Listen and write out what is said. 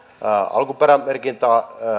alkuperämerkintä